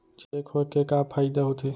Cheque होए के का फाइदा होथे?